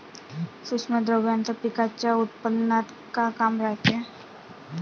सूक्ष्म द्रव्याचं पिकाच्या उत्पन्नात का काम रायते?